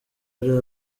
ari